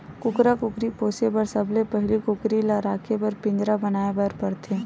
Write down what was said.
कुकरा कुकरी पोसे बर सबले पहिली कुकरी ल राखे बर पिंजरा बनाए बर परथे